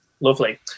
Lovely